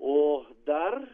o dar